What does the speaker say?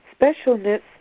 Specialness